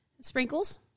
Sprinkles